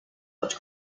but